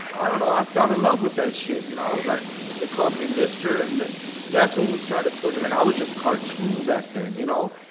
i don't know. i fell in love with that shit, you know. i was like they call me mister. and that's when we started putting, like, i was just cartoon back then, you know.